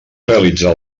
realitzar